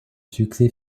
succès